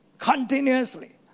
Continuously